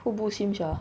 who boost him sia